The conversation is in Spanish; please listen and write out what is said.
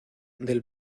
del